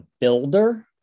builder